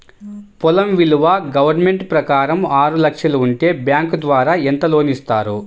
పొలం విలువ గవర్నమెంట్ ప్రకారం ఆరు లక్షలు ఉంటే బ్యాంకు ద్వారా ఎంత లోన్ ఇస్తారు?